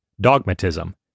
dogmatism